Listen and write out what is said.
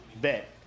Bet